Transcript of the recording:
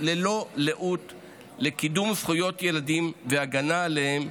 ללא לאות לקידום זכויות ילדים ולהגנה עליהם,